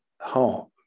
heart